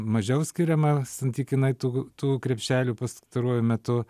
mažiau skiriama santykinai tų tų krepšelių pastaruoju metu